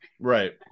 right